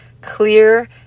clear